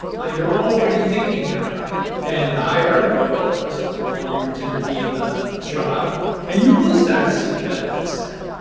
ah you're already thinking that way. and the higher up you go, of course, the longer you tend to be in the job and you will start to see the benefits of that.